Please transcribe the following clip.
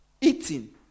Eating